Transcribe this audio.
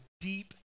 deep